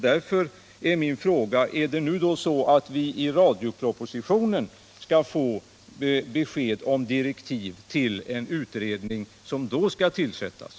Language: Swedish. Därför är min fråga: Skall vi i radiopropositionen få besked om direktiv till en utredning, som då skall tillsättas?